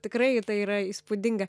tikrai tai yra įspūdinga